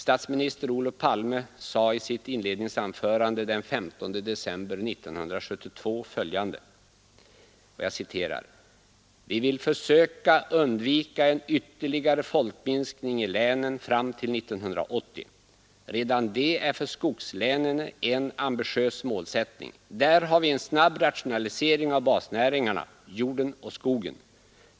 Statsminister Olof Palme sade i sitt inledningsanförande vid den regionalpolitiska debatten i riksdagen den 15 december 1972: ”Vi vill försöka undvika en ytterligare folkminskning i länen fram till 1980. Redan det är för skogslänen en ambitiös målsättning. Där har vi en snabb rationalisering av basnäringarna, jorden och skogen.